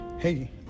Hey